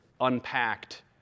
unpacked